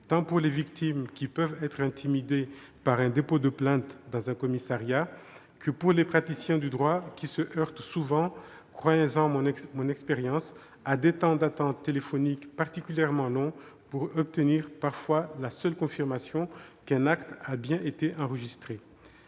tant pour les victimes, qui peuvent être intimidées par un dépôt de plainte dans un commissariat, que pour les praticiens du droit, lesquels se heurtent souvent- croyez-en mon expérience -à des temps d'attente téléphonique particulièrement longs pour obtenir parfois la seule confirmation qu'un acte a bien été enregistré.